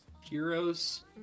heroes